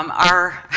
um our,